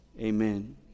amen